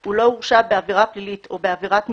הוא לא הורשע בעבירה פלילית או בעבירת משמעת,